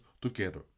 together